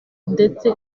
ndetse